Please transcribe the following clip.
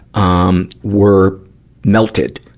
um, were melted.